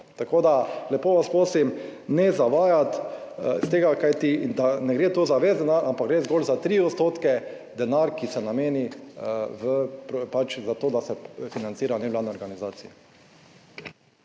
Tako, da lepo vas prosim, ne zavajati iz tega, kajti in da ne gre tu za ves denar, ampak gre zgolj za 3 % denar, ki se nameni v, pač za to, da se financirajo nevladne organizacije.